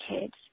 kids